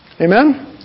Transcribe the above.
Amen